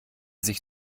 sich